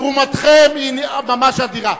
תרומתכם ממש אדירה.